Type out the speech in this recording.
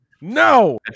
No